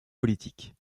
politiques